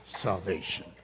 salvation